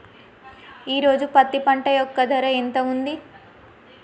ఈ రోజు పత్తి పంట యొక్క ధర ఎంత ఉంది?